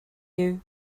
you